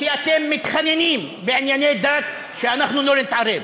כי אתם מתחננים בענייני דת שאנחנו לא נתערב,